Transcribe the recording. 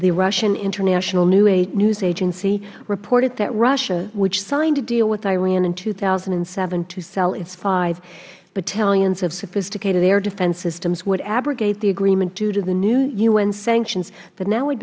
the russian international news agency reported that russia which signed a deal with iran in two thousand and seven to sell its five battalions of sophisticated air defense systems would abrogate the agreement due to the new u n sanctions that now